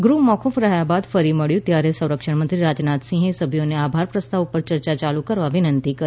ગૃહ મોકૂફ રહ્યા બાદ ફરી મબ્યું ત્યારે સંરક્ષણમંત્રી રાજનાથસિંહે સભ્યોને આભાર પ્રસ્તાવ ઉપર ચર્ચા ચાલુ કરવા વિનંતી કરી